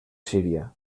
síria